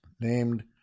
named